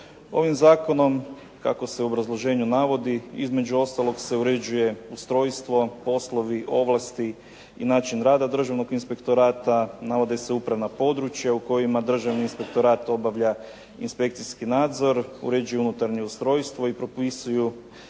Ovim zakonom kako se u obrazloženju navodi između ostalog se uređuje ustrojstvo, poslovi, ovlasti i način rada Državnog inspektorata. Navode se upravna područja u kojima Državni inspektorat obavlja inspekcijski nadzor, uređuje unutarnje ustrojstvo i propisuju,